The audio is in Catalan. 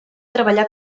treballà